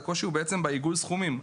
הקושי הוא בעצם בעיגול הסכומים.